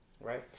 Right